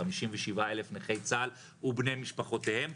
57,000 נכי צה"ל ובני משפחותיהם.